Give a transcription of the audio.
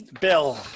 Bill